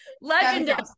Legendary